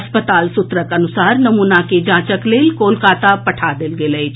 अस्पताल सूत्रक अनुसार नमूना के जांचक लेल कोलकाता पठा देल गेल अछि